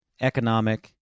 economic